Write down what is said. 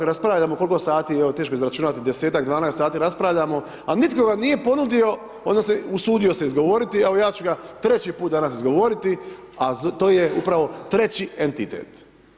Raspravljamo, koliko sati, teško je izračunati, 10-tak, 12 sati raspravljamo, a nitko nam nije ponudio odnosno usudio se izgovoriti, evo ja ću ga treći put danas izgovoriti, a to je upravo treći entitet.